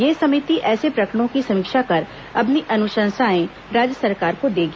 यह समिति ऐसे प्रकरणों की समीक्षा कर अपनी अनुशंसाएं राज्य सरकार को देगी